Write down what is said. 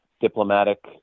diplomatic